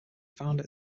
found